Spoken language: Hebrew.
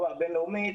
לא הבין-לאומית,